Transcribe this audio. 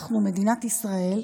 אנחנו, מדינת ישראל,